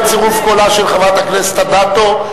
בצירוף קולה של חברת הכנסת אדטו,